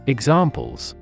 Examples